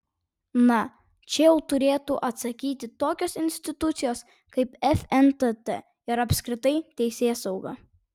na čia jau turėtų atsakyti tokios institucijos kaip fntt ir apskritai teisėsauga